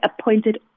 appointed